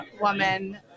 woman